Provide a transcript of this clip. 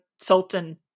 sultan